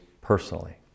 personally